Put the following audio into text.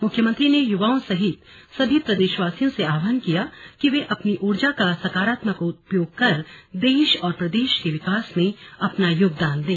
मुख्यमंत्री ने युवाओं सहित सभी प्रदेशवासियों से आह्वान किया कि वे अपनी ऊर्जा का सकारात्मक उपयोग कर देश और प्रदेश के विकास में अपना योगदान दें